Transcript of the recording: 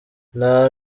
nta